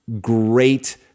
great